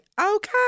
okay